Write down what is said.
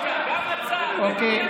אוקיי.